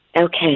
Okay